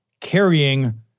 carrying